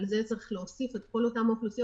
על זה צריך להוסיף את כל אותן האוכלוסיות